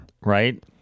Right